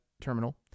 terminal